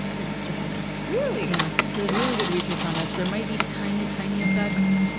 it's just a myth. yeah really? yeah. so there's really good research on this. there might be tiny, tiny effects,